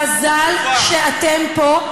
מזל שאתם פה,